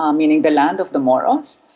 um meaning the land of the moros,